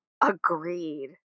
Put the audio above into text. Agreed